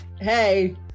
Hey